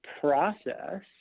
process